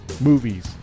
Movies